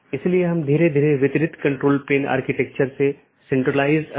इस प्रकार एक AS में कई राऊटर में या कई नेटवर्क स्रोत हैं